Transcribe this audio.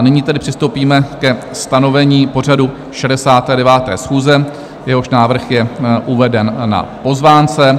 Nyní tedy přistoupíme ke stanovení pořadu 69. schůze, jehož návrh je uveden na pozvánce.